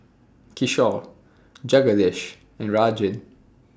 Kishore Jagadish and Rajan